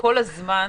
כל הזמן.